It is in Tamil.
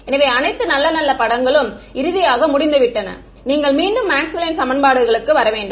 எனவே அனைத்து நல்ல நல்ல படங்களும் இறுதியாக முடிந்துவிட்டன நீங்கள் மீண்டும் மேக்ஸ்வெல்லின் சமன்பாடுகளுக்கு Maxwell's equations வர வேண்டும்